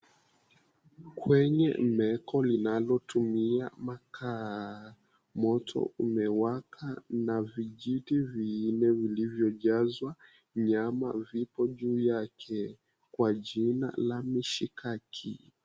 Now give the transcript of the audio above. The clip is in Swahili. Kwenye meko linalotumia makaa, moto umewaka na vijiti vinne vilivyojazwa nyama vipo juu yake kwa jina la mishikaki.